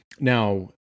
Now